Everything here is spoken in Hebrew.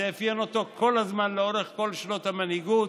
זה אפיין אותו כל הזמן לאורך כל שנות המנהיגות: